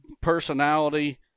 personality